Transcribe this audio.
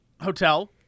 hotel